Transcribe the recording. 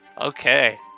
Okay